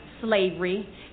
slavery